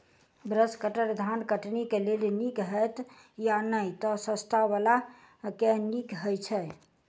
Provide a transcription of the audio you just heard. Brush cutter धान कटनी केँ लेल नीक हएत या नै तऽ सस्ता वला केँ नीक हय छै?